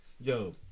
Yo